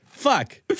Fuck